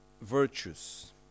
virtues